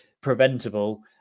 preventable